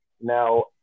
Now